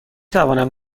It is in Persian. توانم